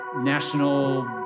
National